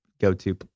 go-to